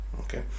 Okay